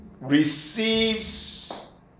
receives